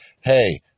hey